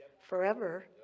forever